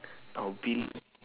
I'll build